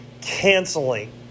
canceling